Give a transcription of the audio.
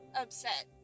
upset